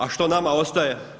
A što nama ostaje?